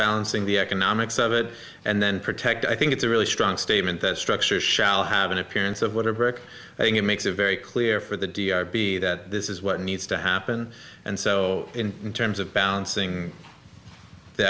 balancing the economics of it and then protect i think it's a really strong statement that structure shall have an appearance of water broke i think it makes it very clear for the d r p that this is what needs to happen and so in terms of balancing the